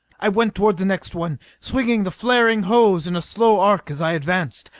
i went toward the next one, swinging the flaring hose in a slow arc as i advanced.